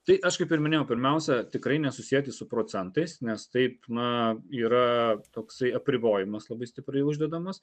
tai aš kaip ir minėjau pirmiausia tikrai nesusieti su procentais nes taip na yra toksai apribojimas labai stipriai uždedamas